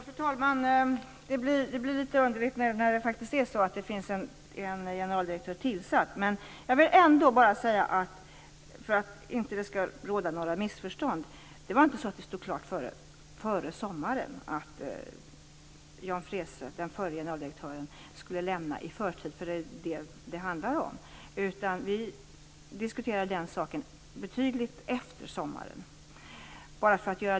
Fru talman! Detta blir litet underligt när det faktiskt är så att en generaldirektör är tillsatt. Men för att det inte skall råda några missförstånd vill jag ändå säga att det inte var så att det stod klart före sommaren att Jan Freese, den förre generaldirektören, skulle lämna sin befattning i förtid. Vi diskuterade den saken betydligt efter sommaren.